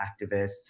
activists